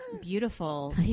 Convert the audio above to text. beautiful